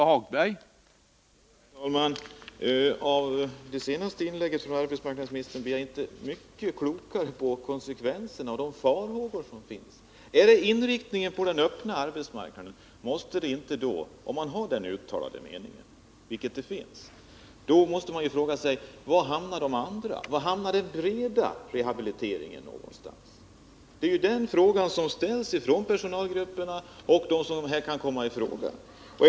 Herr talman! Av det senaste inlägget av arbetsmarknadsministern blir jag inte mycket klokare när det gäller konsekvenserna och de farhågor som finns. Om man, såsom är fallet, har den uttalade uppfattningen att verksamheten skall inriktas mot den öppna arbetsmarknaden måste jag ställa frågan: Var hamnar den breda rehabiliteringen någonstans? Det är den frågan som ställs av personalgrupperna och av dem som kan komma i frågå för den här verksamheten.